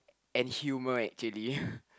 and humor actually